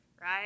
right